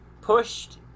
pushed